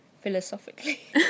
Philosophically